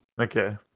Okay